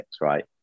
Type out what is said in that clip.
right